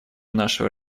нашего